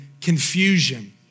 confusion